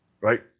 Right